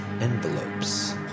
envelopes